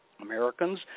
Americans